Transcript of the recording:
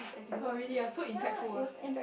oh really ah so impactful ah